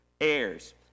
heirs